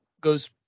Goes